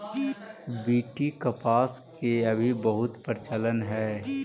BT कपास के अभी बहुत प्रचलन हई